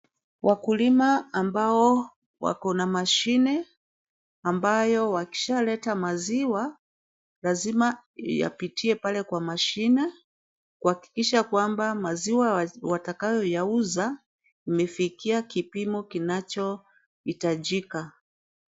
Wakula ambao wako na mashine ambayo wakishaleta maziwa, lazima yapitie pale kwa mashine, kuhakikisha kwamba maziwa watakayoyauza imefikia kipimo kanachohitajika.